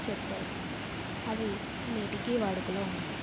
చెప్పారు అవి నేటికి వాడుకలో ఉన్నాయి